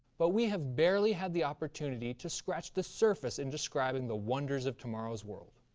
but we have barely had the opportunity to scratch the surface in describing the wonders of tomorrow's world.